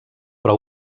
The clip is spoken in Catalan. però